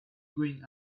going